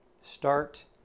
Start